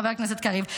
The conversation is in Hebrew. חבר הכנסת קריב,